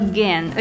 Again